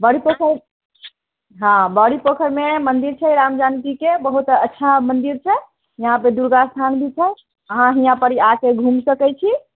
बड़ी पोखरि हँ बड़ी पोखरिमे मन्दिर छै रामजानकीके बहुत अच्छा मन्दिर छै यहाँ पे दुर्गास्थान भी छै अहाँ हीयाँ परी आ के घूम सकैत छी